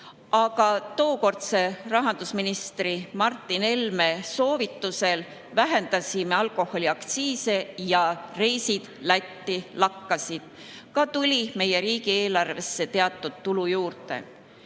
aga tookordse rahandusministri Martin Helme soovitusel vähendasime alkoholiaktsiise ja reisid Lätti lakkasid. Samuti tuli meie riigieelarvesse teatud tulu juurde.